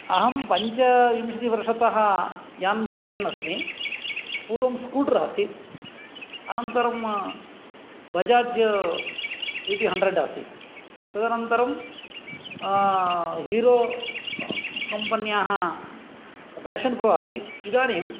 अहं पञ्चविंशतिवर्षत्तः यानं चालयन् अस्मि पूर्वं स्कूटर् आसीत् अनन्तरं बजाज् सी टी हण्ड्रेड् आसीत् तदनन्तरं हिरो कम्पन्याः पेषन् प्रो आसीत् इदानीं